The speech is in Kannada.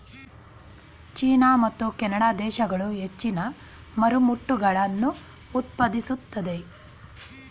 ಚೀನಾ ಮತ್ತು ಕೆನಡಾ ದೇಶಗಳು ಹೆಚ್ಚಿನ ಮರಮುಟ್ಟುಗಳನ್ನು ಉತ್ಪಾದಿಸುತ್ತದೆ